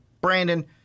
Brandon